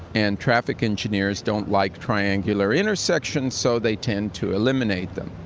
and traffic engineers don't like triangular intersections so they tend to eliminate them,